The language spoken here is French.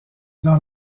dans